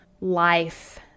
life